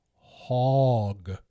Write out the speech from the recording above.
hog